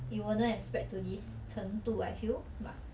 it wouldn't have spread to this 程度 I feel